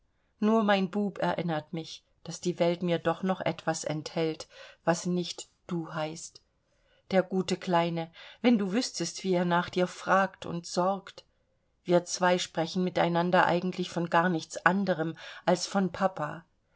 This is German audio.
nur mein bub erinnert mich daß die welt mir doch noch etwas enthält was nicht du heißt der gute kleine wenn du wüßtest wie er nach dir fragt und sorgt wir zwei sprechen miteinander eigentlich von gar nichts anderem als von papa